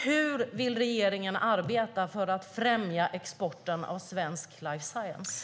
Hur vill regeringen arbeta för att främja exporten av svensk life science?